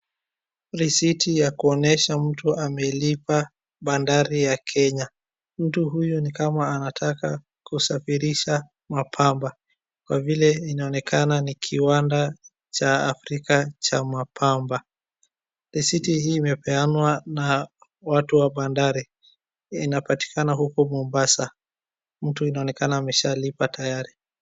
Risiti ya kuonesha mtu amelipa bandari ya Kenya. Mtu huyu ni kama anataka kusafirisha mapamba kwa vile inaonekana ni kiwanda cha Afrika cha mapamba. Risiti hii imepeanwa na watu wa bandari. Inapatikana huko Mombasa. Mtu inaonekana ameshalipa tayari.